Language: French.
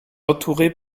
entourée